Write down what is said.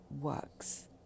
works